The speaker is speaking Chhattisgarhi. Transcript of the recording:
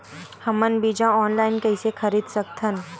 हमन बीजा ऑनलाइन कइसे खरीद सकथन?